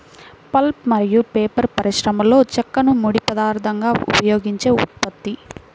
pulp మరియు paper పరిశ్రమలోచెక్కను ముడి పదార్థంగా ఉపయోగించే ఉత్పత్తి